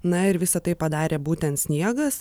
na ir visa tai padarė būtent sniegas